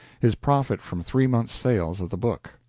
his profit from three months' sales of the book,